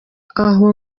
aho